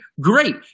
great